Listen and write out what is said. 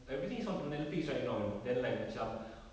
everything is on the Netflix right now you know then like macam